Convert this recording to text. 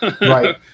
Right